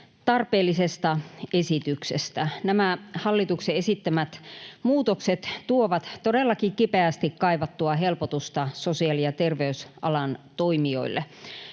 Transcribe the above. tarpeellisesta esityksestä. Nämä hallituksen esittämät muutokset tuovat todellakin kipeästi kaivattua helpotusta sosiaali- ja terveysalan toimijoille.